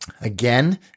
again